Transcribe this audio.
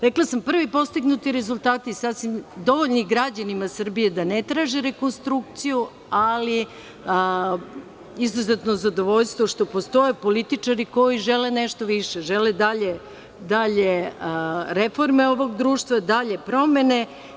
Rekla sam, prvi postignuti rezultati sasvim dovoljni građanima Srbije da ne traže rekonstrukciju, ali izuzetno zadovoljstvo što postoje političari koji žele nešto više, žele dalje reforme ovog društva, dalje promene.